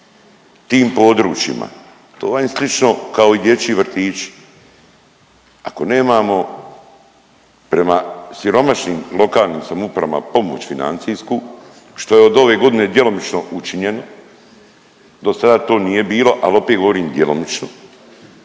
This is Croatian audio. tim područjima, to vam je slično kao i dječji vrtići. Ako nemamo prema siromašnim, lokalnim samoupravama pomoć financijsku što je od ove godine djelomično učinjeno. Do sada to nije bilo ali opet govorim djelomično.